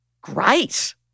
Great